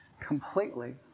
Completely